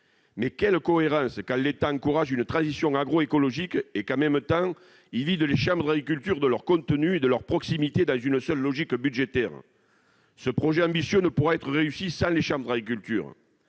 Mais quelle est la cohérence quand l'État encourage une transition agroécologique et que, en même temps, il vide les chambres d'agriculture de leur contenu et de leur proximité dans une simple logique budgétaire ? Ce projet ambitieux ne réussira pas sans les chambres d'agriculture